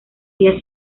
día